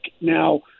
Now